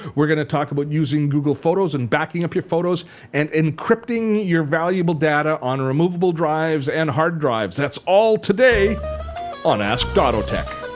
we're going to talk about using google photos and backing up your photos and encrypting your valuable data on removable drives and hard drives. that's all today on ask dottotech.